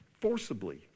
forcibly